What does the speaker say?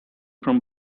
from